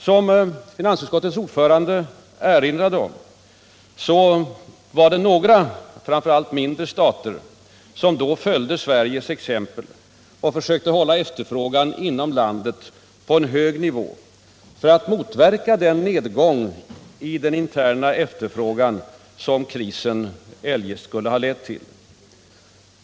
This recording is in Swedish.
Som finansutskottets ordförande erinrade om följde några stater — fram för allt de mindre — Sveriges exempel och försökte hålla efterfrågan inom landet på en hög nivå för att motverka den nedgång i den interna efterfrågan som krisen eljest skulle ha lett till.